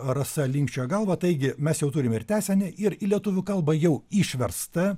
rasa linkčioja galvą taigi mes jau turim ir tęsinį ir į lietuvių kalbą jau išverstą